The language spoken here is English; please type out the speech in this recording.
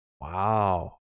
Wow